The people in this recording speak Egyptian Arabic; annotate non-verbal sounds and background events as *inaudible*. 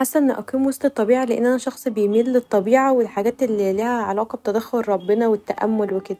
حاسه ان اقسم وسط الطبيعه لان أنا شخص بيميل للطبيعه و الحاجات اللي ليها علاقه بتدخل ربنا *noise* و التأمل و كدا.